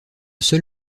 seul